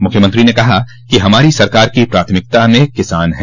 मूख्यमंत्री ने कहा कि हमारी सरकार की प्राथमिकता में किसान हैं